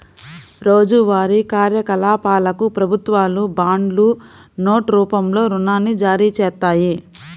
రోజువారీ కార్యకలాపాలకు ప్రభుత్వాలు బాండ్లు, నోట్ రూపంలో రుణాన్ని జారీచేత్తాయి